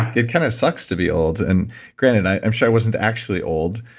it kind of sucks to be old and granted i'm sure i wasn't actually old,